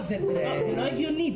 זה לא הגיוני,